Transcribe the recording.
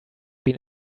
been